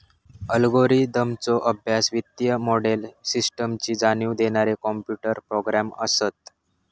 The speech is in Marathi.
अल्गोरिदमचो अभ्यास, वित्तीय मोडेल, सिस्टमची जाणीव देणारे कॉम्प्युटर प्रोग्रॅम असत